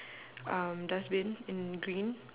um dustbin in green